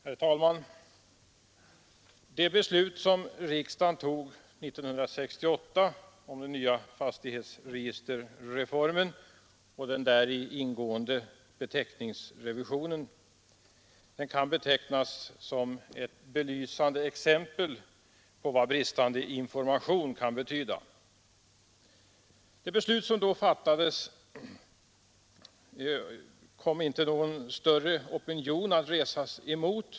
Herr talman! Det beslut som riksdagen tog 1968 om den nya fastighetsregisterreformen och den däri ingående beteckningsrevisionen kan kallas ett belysande exempel på vad bristande information kan betyda. Mot det beslut som då fattades kom inte någon större opinion att resas.